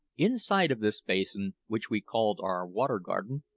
inside of this basin, which we called our water garden,